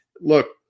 look